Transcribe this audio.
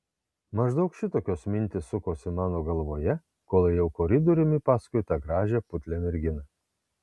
maždaug šitokios mintys sukosi mano galvoje kol ėjau koridoriumi paskui tą gražią putlią merginą